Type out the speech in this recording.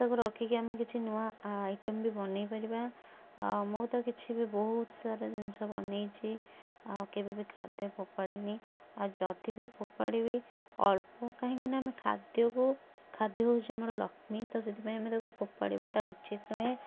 ତାକୁ ରଖିକି ଆମେ କିଛି ନୂଆ ଆଇଟମ ବି ବନାଇ ପାରିବା ଆଉ ମୁଁ ତ କିଛି ବି ବହୁତ ସାରା ଜିନିଷ ବନାଇଛି ଆଉ କେବେ ବି ଖାଦ୍ଯ ଫୋପାଡ଼ିନି ଆଉ ଯଦିବି ଫୋପାଡ଼ିବି ଅଳ୍ପ କାହିଁକି ନା ଆମେ ଖାଦ୍ଯ କୁ ଖାଦ୍ଯ ହେଉଛି ଆମର ଲକ୍ଷ୍ମୀ ତ ସେଥିପାଇଁ ଆମେ ତାକୁ ଫୋପାଡ଼ିବାଟା ଉଚିତ ନୁହେଁ